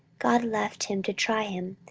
god left him, to try him,